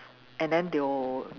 and then they will